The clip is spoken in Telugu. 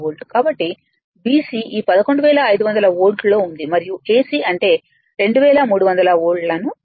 కాబట్టి BC ఈ 11500 వోల్ట్లో ఉంది మరియు AC అంటే 2300 వోల్ట్లను తీసుకుంది